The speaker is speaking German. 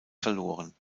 verloren